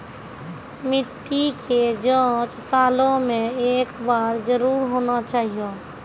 मिट्टी के जाँच सालों मे एक बार जरूर होना चाहियो?